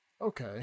Okay